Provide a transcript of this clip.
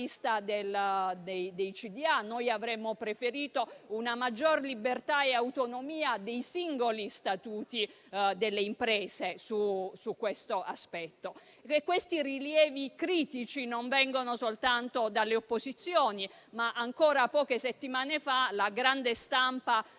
amministrazione. Noi avremmo preferito una maggiore libertà e autonomia dei singoli statuti delle imprese su questo aspetto. E i rilievi critici non vengono soltanto dalle opposizioni: poche settimane fa la grande stampa